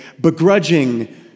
begrudging